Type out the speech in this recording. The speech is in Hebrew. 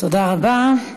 תודה רבה.